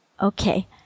Okay